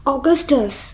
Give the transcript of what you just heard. Augustus